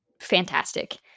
fantastic